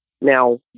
Now